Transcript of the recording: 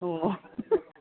ꯑꯣ